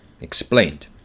explained